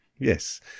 yes